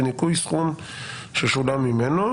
בניכוי סכום ששולם ממנו,